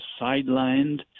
sidelined